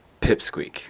Pipsqueak